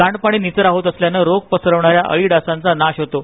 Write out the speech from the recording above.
सांडपाणी निचरा होतअसल्यानं रोग पसरवणान्या अळी डासांचा नाश होतो